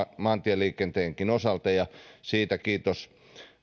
maantieliikenteenkin osalta ja siitä kiitos